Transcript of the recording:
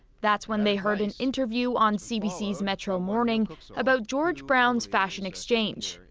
that's when they heard an interview on cbc's metro morning about george brown's fashion exchange.